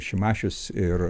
šimašius ir